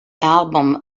album